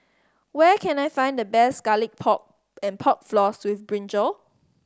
where can I find the best Garlic Pork and Pork Floss with brinjal